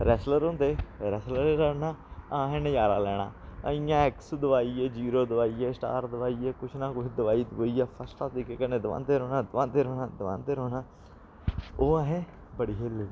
wrestler होंदे रैसलरें लड़ना असें नजारा लैना इ'यां ऐक्स दबाइयै जीरो दबाइयै स्टार दबाइयै कुछ ना कुछ दबाइयै दुबाइयै फर्स्ट क्लास तरीके कन्नै दबांदे रौह्ना दबांदे रौह्ना दबांदे रौह्ना ओह् असें बड़ी खेली